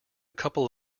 couple